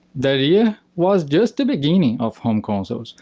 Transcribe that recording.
that year was just the beginning of home consoles.